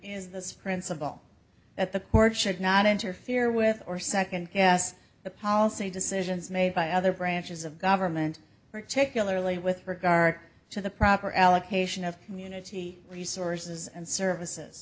is this principle that the court should not interfere with or second guess the policy decisions made by other branches of government particularly with regard to the proper allocation of community resources and services